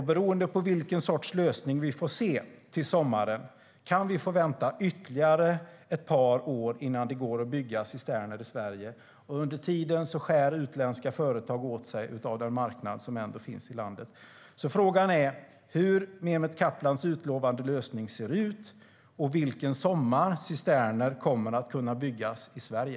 Beroende på vilken sorts lösning vi får se till sommaren kan vi få vänta ytterligare ett par år innan det går att bygga cisterner i Sverige. Under tiden skär utländska företag åt sig av den marknad som ändå finns i landet. Frågan är hur Mehmet Kaplans utlovade lösning ser ut och vilken sommar cisterner kommer att kunna byggas i Sverige.